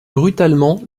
brutalement